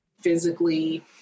physically